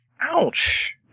Ouch